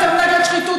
אם אתם נגד שחיתות,